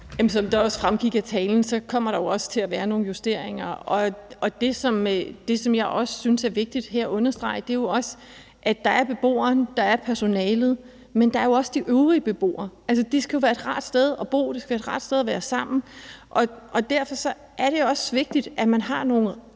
Som det også fremgik af talen, kommer der jo også til at være nogle justeringer. Det, som jeg også synes det er vigtigt at understrege, er jo, at der ud over den enkelte beboer og personalet også er de øvrige beboere, og at det skal være et rart sted at bo, og at det skal være et rart sted at være sammen, og at det derfor også er vigtigt, at man har nogle